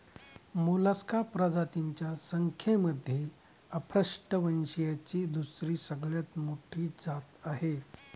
Mollusca प्रजातींच्या संख्येमध्ये अपृष्ठवंशीयांची दुसरी सगळ्यात मोठी जात आहे